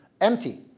empty